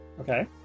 Okay